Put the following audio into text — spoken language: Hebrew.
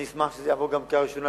אני אשמח שזה יעבור גם בקריאה הראשונה,